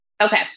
Okay